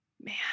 man